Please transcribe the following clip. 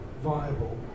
viable